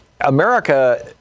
America